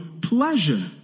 pleasure